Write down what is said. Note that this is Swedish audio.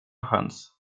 chans